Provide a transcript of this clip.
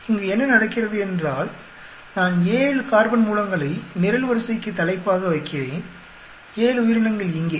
இங்கு என்ன நடக்கிறது என்றால் நான் 7 கார்பன் மூலங்களை நிரல்வரிசைக்கு தலைப்பாக வைக்கிறேன் 7 உயிரினங்கள் இங்கே